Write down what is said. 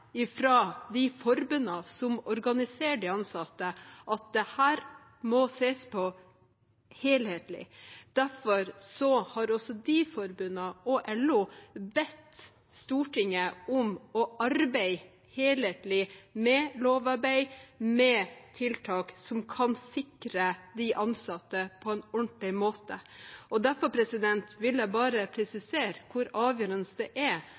de forbundene som organiserer de ansatte: Dette må ses på helhetlig. Derfor har også de forbundene og LO bedt Stortinget om å arbeide helhetlig, med lovarbeid, med tiltak som kan sikre de ansatte på en ordentlig måte. Derfor vil jeg bare presisere hvor avgjørende det er